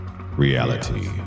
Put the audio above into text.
Reality